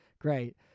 Great